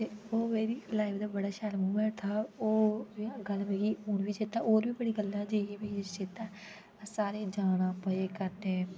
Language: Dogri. ते ओह् जेह्डी लाइन दा बड़ा शैल बोआ करदा हा ओह् गल्ल मिगी पुरी चेता और बी बड़ी गल्ला इ'यै जैइयै असे सारे जाना ओह् मजे करने